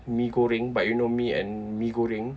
mee goreng but you know me and mee goreng